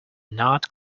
not